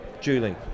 Julie